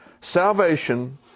Salvation